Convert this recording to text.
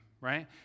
right